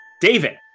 david